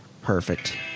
perfect